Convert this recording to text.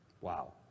Wow